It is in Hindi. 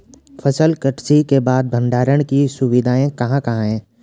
फसल कत्सी के बाद भंडारण की सुविधाएं कहाँ कहाँ हैं?